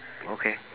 okay